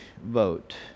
vote